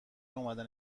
اومدن